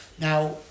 Now